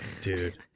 dude